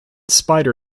spider